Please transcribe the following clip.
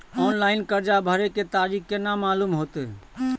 Online कर्जा भरे के तारीख केना मालूम होते?